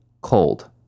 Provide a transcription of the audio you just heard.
cold